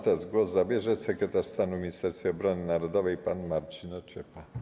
Teraz głos zabierze sekretarz stanu w Ministerstwie Obrony Narodowej pan Marcin Ociepa.